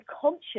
conscious